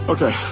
Okay